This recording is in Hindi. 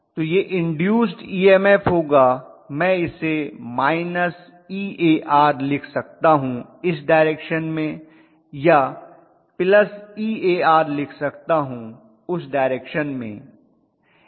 तो यह इन्दूस्ड ईएमएफ होगा मैं इसे Ear लिख सकता हूं इस डाइरेक्शिन में या Ear लिख सकता हूं उस डाइरेक्शिन में